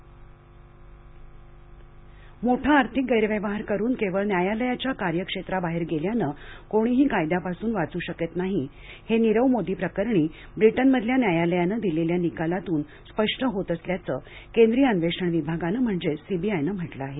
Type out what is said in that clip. नीरव मोदी मोठा आर्थिक गैरव्यवहार करून केवळ न्यायालयाच्या कार्यक्षेत्राबाहेर गेल्यानं कोणीही कायद्यापासून वाचू शकत नाही हे नीरव मोदी प्रकरणी ब्रिटनमधल्या न्यायालयानं दिलेल्या निकालातून स्पष्ट होत असल्याचं केंद्रीय अन्वेषण विभागानं म्हणजेच सीबीआयनं म्हटलं आहे